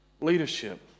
leadership